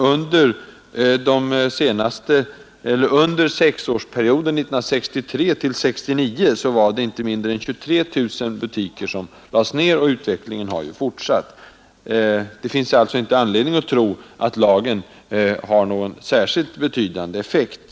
Under sexårsperioden 1963—1969 lades inte mindre än 23 000 butiker ned, och utvecklingen har ju fortsatt. Det finns alltså inte anledning att tro att lagen har någon särskilt betydande effekt.